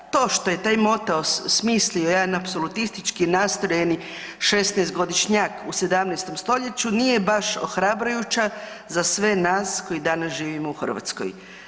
To je što je taj moto smislio jedan apsolutistički nastrojeni šesnaestogodišnjak u 17. stoljeću nije baš ohrabrujuća za sve nas koji danas živimo u Hrvatskoj.